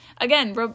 Again